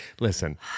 Listen